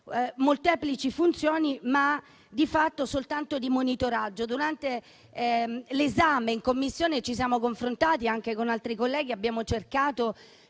molteplici funzioni, ma di fatto soltanto di monitoraggio. Durante l'esame in Commissione ci siamo confrontati con altri colleghi e abbiamo cercato